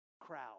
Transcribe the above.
crowd